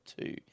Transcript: Two